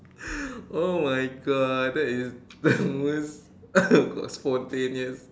oh my God that is that was spontaneous